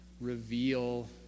reveal